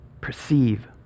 Perceive